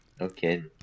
Okay